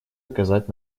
оказать